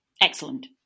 excellent